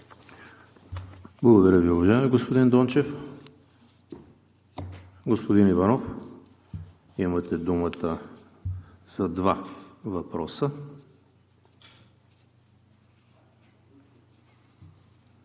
Благодаря Ви, уважаеми господин Дончев. Господин Иванов, имате думата за два въпроса.